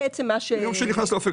מהיום שנכנס לאופק חדש.